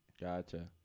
Gotcha